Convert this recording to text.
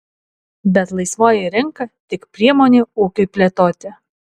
bet laisvoji rinka tik priemonė ūkiui plėtoti